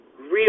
Real